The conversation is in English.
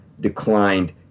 declined